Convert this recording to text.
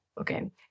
Okay